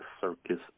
circus